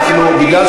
זה מאוד מעניין אותי.